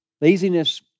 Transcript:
Laziness